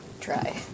Try